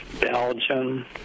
Belgium